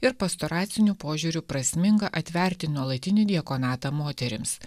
ir pastoraciniu požiūriu prasminga atverti nuolatinį diakonatą moterims